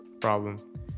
problem